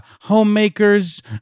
homemakers